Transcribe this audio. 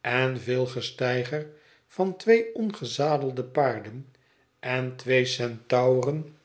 en veel gesteiger van twee ongezadelde paarden en twee centauren